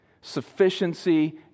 sufficiency